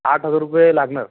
आठ हजार रुपये लागणार